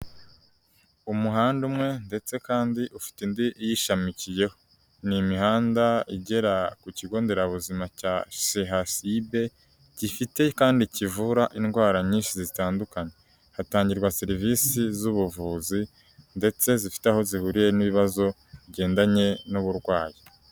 Umuhanda umwe ndetse kandi ufite undi uyishamikiyeho n'imihanda igera ku kigo nderabuzima cya CHUB, gifite kandi kivura indwara nyinshi zitandukanye. Hatangirwa serivisi z'ubuvuzi ndetse zifite aho zihuriye n'ibibazo bigendanye n'uburwayi.